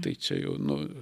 tai čia jau nu